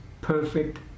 perfect